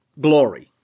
glory